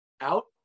out